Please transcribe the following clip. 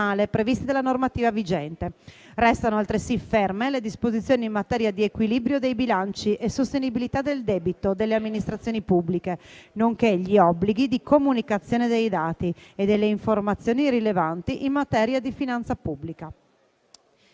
previsti dalla normativa vigente. Restano altresì ferme le disposizioni in materia di equilibrio dei bilanci e sostenibilità del debito delle amministrazioni pubbliche, nonché gli obblighi di comunicazione dei dati e delle informazioni rilevanti in materia di finanza pubblica.